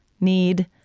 need